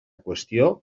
qüestió